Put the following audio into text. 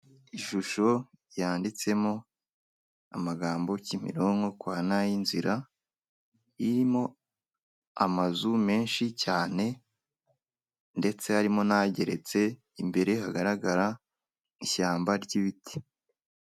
Ishusho yanditsemo amagambo kimironko wa nayinzira irimo amazu menshi cyane, ndetse harimo n'ageretse imbere hagaragara ishyamba ry'ibiti.